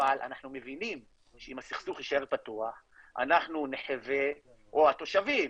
אבל אנחנו מבינים שאם הסכסוך יישאר פתוח אנחנו נחווה או התושבים,